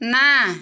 ନା